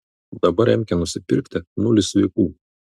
dabar emkę nusipirkti nulis sveikų